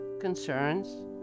concerns